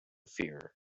fear